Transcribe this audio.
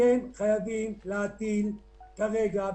אתם חייבים להטיל כרגע,